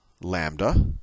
lambda